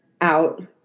out